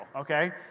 okay